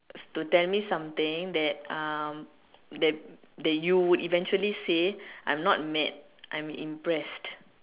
to tell me something that um that that you would eventually say I'm not mad I'm impressed